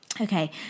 okay